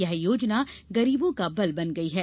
यह योजना गरीबों का बल बन गई है